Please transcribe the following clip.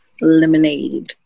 lemonade